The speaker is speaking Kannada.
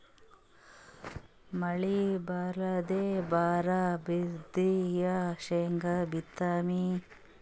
ಮಳಿ ಬರ್ಲಾದೆ ಬರಾ ಬಿದ್ರ ಯಾ ಶೇಂಗಾ ಬಿತ್ತಮ್ರೀ?